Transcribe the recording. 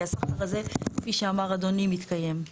כי הסחר הזה, כפי שאמר אדוני, מתקיים.